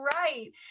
right